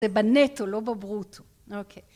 זה בנטו לא בברוטו. אוקיי.